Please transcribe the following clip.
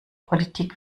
politik